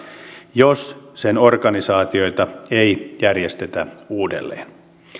jos sen organisaatioita ei järjestetä uudelleen